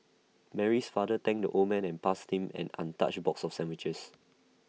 Mary's father thanked the old man and passed him an untouched box of sandwiches